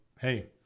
hey